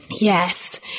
Yes